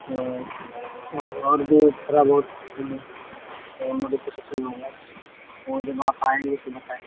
اور جو تھورا بہت اس میں موڈیفیکیشن ہوگا تو جب آپ آئیں گے تو بتائیں گے تھوڑا سا